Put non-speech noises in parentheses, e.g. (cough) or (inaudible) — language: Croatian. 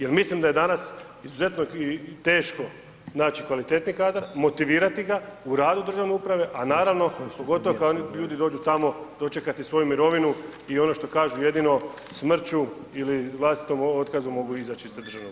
Jer mislim da je danas izuzetno i teško naći kvalitetniji kadar, motivirati ga u radu državne uprave, a naravno pogotovo kada oni ljudi dođu tamo, dočekati svoju mirovinu i ono što kažu jedinu, smrću ili vlastitom otkazom mogu izaći iz državnog … (unintelligible) Zahvaljujem.